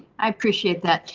i appreciate that.